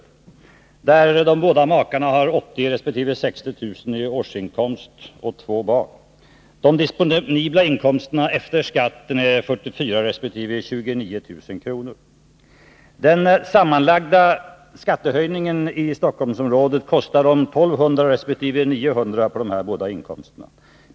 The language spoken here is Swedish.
De båda makarna har 80 000 resp. 60 000 kr. i årsinkomst och två barn. De disponibla inkomsterna efter skatt är 44 000 resp. 29 000 kr. Den sammanlagda skattehöjningen i Stockholmsområdet kostar dem 1 200 resp. 900 kr.